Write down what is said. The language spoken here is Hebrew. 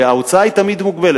וההוצאה היא תמיד מוגבלת.